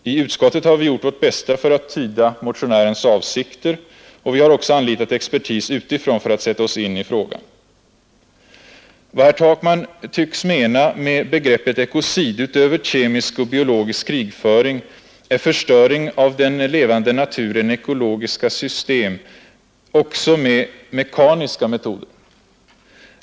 I utskottet har vi gjort vårt bästa för att tyda motionärens avsikter, och vi har också anlitat expertis utifrån för att sätta oss in i frågan. Vad herr Takman tycks lägga in i begreppet ”ekocid” utöver kemisk och biologisk krigföring är förstöring av den levande naturen — av ekologiska system — också med mekaniska metoder.